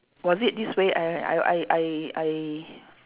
was it this way I I I I I